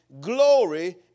glory